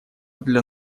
для